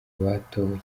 batowe